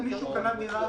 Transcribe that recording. איזו הקלה, לכן יש לראות